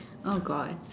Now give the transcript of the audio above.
oh god